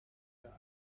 loved